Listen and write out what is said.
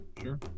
Sure